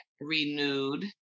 Renewed